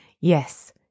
Yes